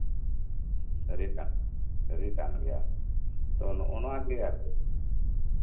ᱟᱹᱨᱤ ᱠᱟᱱ ᱜᱮᱭᱟ ᱱᱚᱜ ᱚ ᱱᱚᱶᱟ ᱠᱟᱱ ᱜᱮᱭᱟ ᱟᱨᱠᱤ